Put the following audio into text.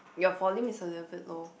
your volume is a little bit low